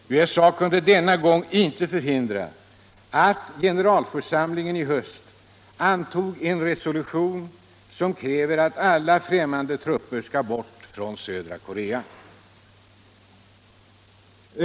USA kunde inte förhindra att generalförsamlingen i höst antog en resolution, som kräver att alla främmande trupper skall bort från södra Korea.